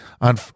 On